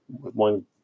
One